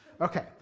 Okay